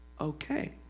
Okay